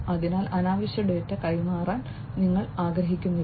അതിനാൽ അനാവശ്യമായ ഡാറ്റ കൈമാറാൻ നിങ്ങൾ ആഗ്രഹിക്കുന്നില്ല